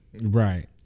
Right